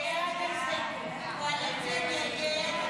הסתייגות 4 לא נתקבלה.